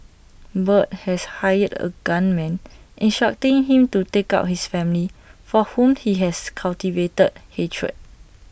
Bart had hired A gunman instructing him to take out his family for whom he had cultivated hatred